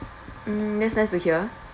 mm that's nice to hear